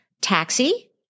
Taxi